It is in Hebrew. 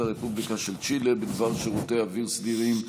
הרפובליקה של צ'ילה בדבר שירותי אוויר סדירים,